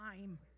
time